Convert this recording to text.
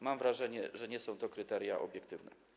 Mam wrażenie, że nie są to kryteria obiektywne.